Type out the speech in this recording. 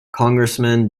congressman